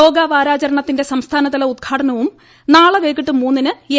യോഗാ വാരാചരണത്തിന്റെ സംസ്ഥാനതല ഉദ്ഘാടനവും നാളെ വൈകിട്ട് മൂന്നിന് എ